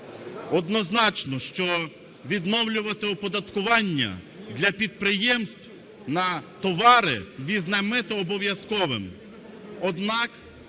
Однозначно, що відновлювати оподаткування для підприємств на товари, ввізне мито обов'язковим,